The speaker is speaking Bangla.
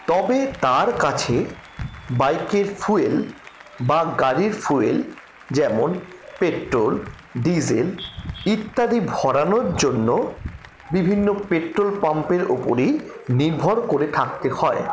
তবে তার কাছে বাইকের ফ্যুয়েল বা গাড়ির ফ্যুয়েল যেমন পেট্রোল ডিজেল ইত্যাদি ভরানোর জন্য বিভিন্ন পেট্রোল পাম্পের ওপরেই নির্ভর করে থাকতে হয়